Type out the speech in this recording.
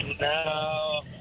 No